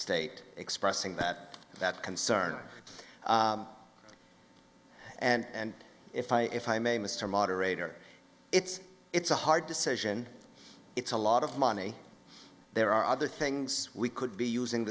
state expressing that that concern and if i if i may mr moderator it's it's a hard decision it's a lot of money there are other things we could be using